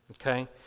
okay